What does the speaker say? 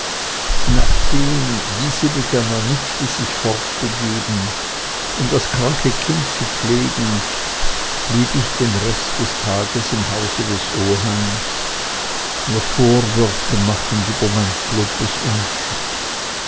nachdem diese mit einer nichte sich fortbegeben um das kranke kind zu pflegen blieb ich den rest des tages im hause des oheims mir vorwürfe machend über mein